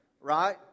right